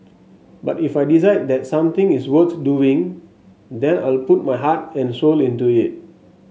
but if I decide that something is worth doing then I'll put my heart and soul into it